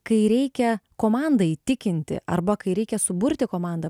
kai reikia komandą įtikinti arba kai reikia suburti komandą